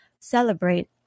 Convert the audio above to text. celebrate